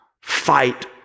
fight